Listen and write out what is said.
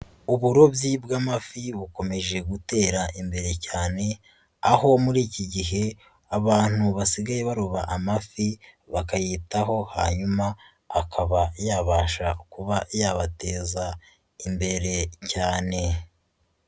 Uburobyi bw'amafi bukomeje gutera imbere cyane, aho muri iki gihe abantu basigaye baroba amafi bakayitaho, hanyuma akaba yabasha kuba yabateza imbere cyane.